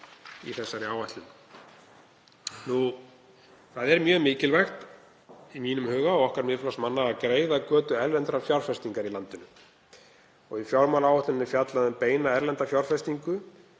í þessari áætlun. Það er mjög mikilvægt í mínum huga og okkar Miðflokksmanna að greiða götu erlendrar fjárfestingar í landinu. Í fjármálaáætluninni er fjallað um beina erlenda fjárfestingu